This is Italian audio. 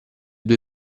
due